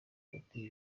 hagati